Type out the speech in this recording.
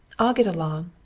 i'll get along.